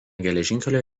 geležinkelio